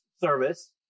service